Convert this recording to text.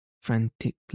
frantically